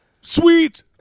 Sweet-